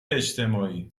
اجتماعی